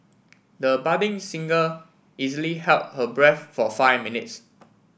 the budding singer easily held her breath for five minutes